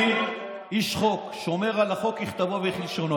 אני איש חוק, שומר על החוק ככתבו וכלשונו.